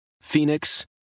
Phoenix